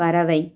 பறவை